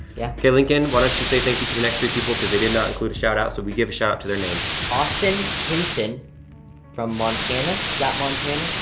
yeah. okay, lincoln, why don't you say thank you to the next three people, cause they did not include a shout-out. so we give a shout-out to their name. austin hinson from montana. is that montana,